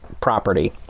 property